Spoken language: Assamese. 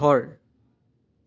ঘৰ